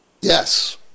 Yes